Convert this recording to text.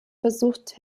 versucht